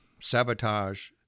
sabotage